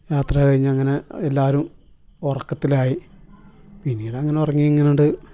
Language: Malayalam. യാത്ര കഴിഞ്ഞ അങ്ങനെ എല്ലാവരും ഉറക്കത്തിലായി പിന്നീട് അങ്ങനെ ഉറങ്ങി ഇങ്ങനേണ്ട്